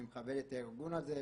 אני מכבד את הארגון הזה,